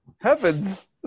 Heavens